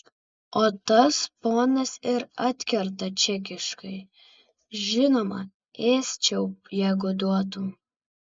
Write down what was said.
o tas ponas ir atkerta čekiškai žinoma ėsčiau jeigu duotum